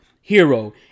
hero